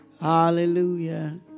Hallelujah